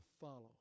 follow